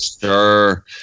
sure